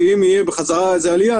כי אם תהיה חזרה עלייה,